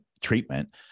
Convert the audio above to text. treatment